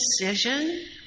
decision